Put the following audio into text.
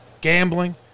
gambling